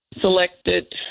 selected